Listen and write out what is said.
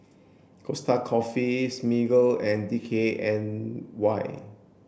Costa Coffee Smiggle and D K N Y